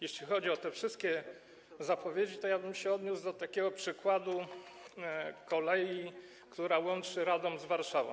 Jeśli chodzi o te wszystkie zapowiedzi, to ja bym się odniósł do przykładu kolei, która łączy Radom z Warszawą.